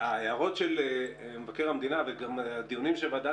ההערות של מבקר המדינה וכן הערותיה של הוועדה,